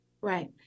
right